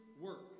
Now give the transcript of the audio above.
work